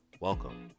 Welcome